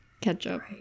Ketchup